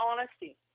honesty